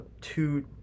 two